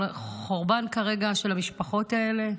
על חורבן כרגע של המשפחות האלה?